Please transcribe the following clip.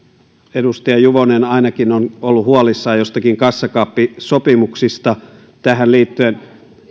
edustaja juvonen ainakin on ollut huolissaan joistakin kassakaappisopimuksista tähän liittyen